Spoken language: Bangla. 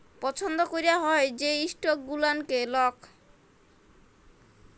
পছল্দ ক্যরা হ্যয় যে ইস্টক গুলানকে লক